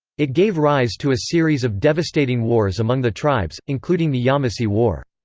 it gave rise to a series of devastating wars among the tribes, including the yamasee war.